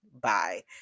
bye